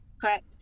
Correct